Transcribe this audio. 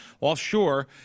offshore